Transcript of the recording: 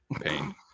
pain